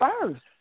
first